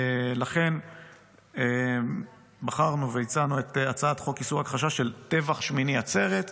לכן בחרנו והצענו את הצעת חוק אישור הכחשה של טבח שמיני עצרת ואז,